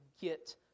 get